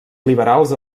liberals